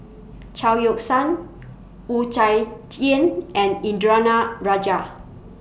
Chao Yoke San Wu Tsai Yen and Indranee Rajah